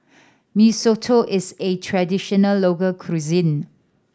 Mee Soto is a traditional local cuisine